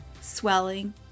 swelling